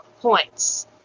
points